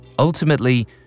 Ultimately